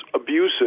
abusive